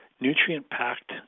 nutrient-packed